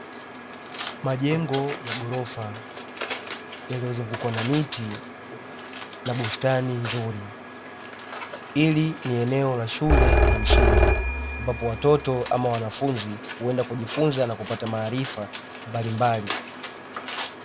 Majengo ya ghorofa yaliyozungukwa na miti na bustani nzuri, hili ni eneo la shule ya msingi ambapo watoto ama wanafunzi huenda kujifunza na kupata maarifa mbalimbali.